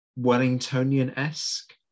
Wellingtonian-esque